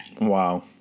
wow